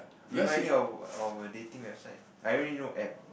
you know any of a of a dating website I only know App